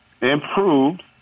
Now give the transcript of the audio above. improved